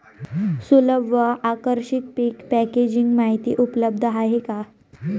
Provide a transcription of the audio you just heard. सुलभ व आकर्षक पीक पॅकेजिंग माहिती उपलब्ध आहे का?